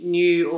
new